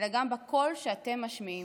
אלא גם בקול שאתם משמיעים.